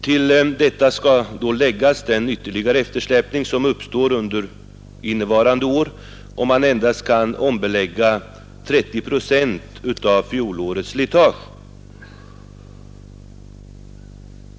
Till detta skall läggas den ytterligare eftersläpning som uppstår under innevarande år om man endast kan ersätta 30 procent av fjolårets slitage.